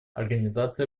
организации